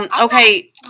Okay